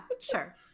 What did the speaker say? sure